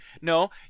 No